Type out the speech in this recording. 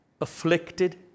afflicted